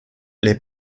les